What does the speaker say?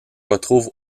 retrouve